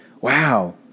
Wow